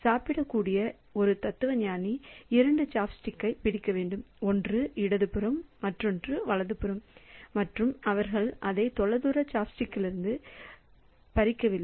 சாப்பிடக்கூடிய ஒரு தத்துவஞானி 2 சாப்ஸ்டிக்ஸைப் பிடிக்க வேண்டும் ஒன்று இடது புறம் ஒன்று வலது புறம் மற்றும் அவர்கள் அதை தொலைதூர சாப்ஸ்டிக்ஸிலிருந்து பறிக்கவில்லை